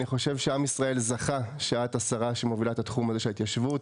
אני חושב שעם ישראל זכה שאת השרה שמובילה את התחום הזה של התיישבות.